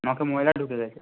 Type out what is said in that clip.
নখে ময়লা ঢুকে গেছে